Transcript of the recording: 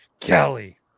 Kelly